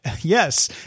yes